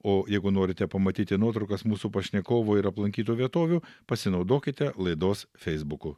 o jeigu norite pamatyti nuotraukas mūsų pašnekovų ir aplankytų vietovių pasinaudokite laidos feisbuku